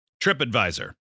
TripAdvisor